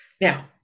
Now